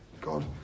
God